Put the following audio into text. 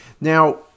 Now